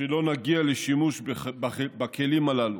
שלא נגיע לשימוש בכלים הללו.